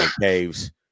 caves